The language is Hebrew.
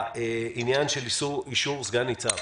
העניין של אישור סגן ניצב